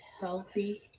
healthy